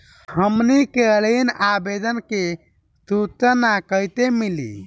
हमनी के ऋण आवेदन के सूचना कैसे मिली?